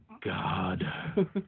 God